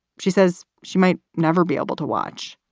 she says she might never be able to watch.